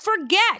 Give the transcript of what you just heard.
forget